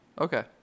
Okay